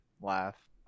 laugh